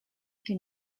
que